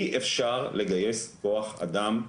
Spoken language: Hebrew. אי אפשר לגייס כוח אדם,